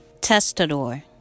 Testador